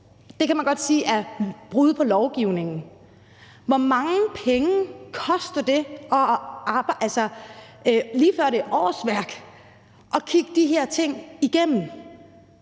Det kan man godt sige er brud på lovgivningen. Hvor mange penge – det er lige før, at det er